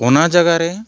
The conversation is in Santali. ᱚᱱᱟ ᱡᱟᱭᱜᱟ ᱨᱮ